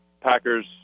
Packers